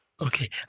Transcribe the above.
Okay